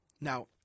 Now